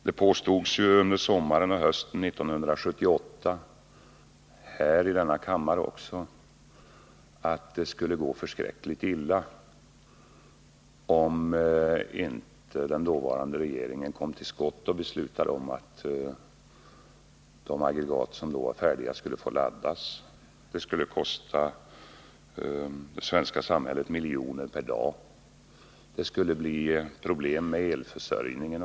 Det påstods under sommaren och hösten 1978 också här i denna kammare att det skulle gå förskräckligt illa, om inte den dåvarande regeringen kom till skott och beslöt att de aggregat som då var färdiga skulle få laddas. Att vänta skulle kosta det svenska samhället miljoner kronor per dag. Det skulle bli problem med elförsörjningen.